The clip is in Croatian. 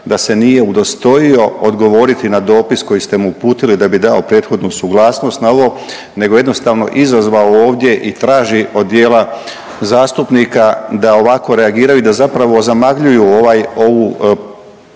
da se nije udostojio odgovoriti na dopis koji ste mu uputili da bi dao prethodnu suglasnost na ovo, nego jednostavno izazvao ovdje i traži od dijela zastupnika da ovako reagiraju i da zapravo zamagljuju ovaj,